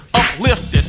uplifted